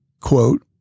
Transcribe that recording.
quote